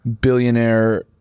billionaire